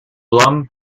blum